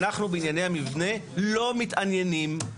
אנחנו בענייני המבנה לא מתעניינים,